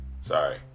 Sorry